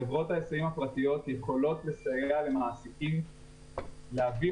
חברות ההיסעים הפרטיות יכולות לסייע למעסיקים להעביר